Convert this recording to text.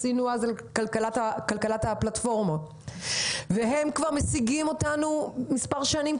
כלכלת הפלטפורמות ראינו שהם משיגים אותנו במספר שנים,